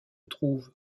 trouvent